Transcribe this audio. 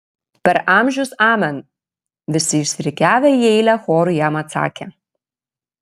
per amžius amen visi išsirikiavę į eilę choru jam atsakė